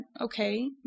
okay